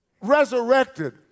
resurrected